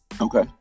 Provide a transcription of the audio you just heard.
Okay